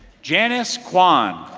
janice kwon.